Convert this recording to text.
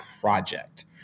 project